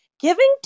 giving